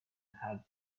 had